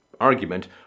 argument